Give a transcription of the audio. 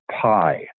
pi